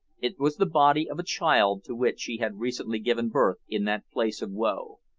it was the body of a child to which she had recently given birth in that place of woe.